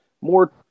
more